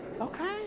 okay